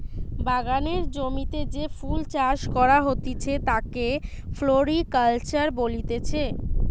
বাগানের জমিতে যে ফুল চাষ করা হতিছে তাকে ফ্লোরিকালচার বলতিছে